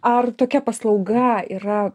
ar tokia paslauga yra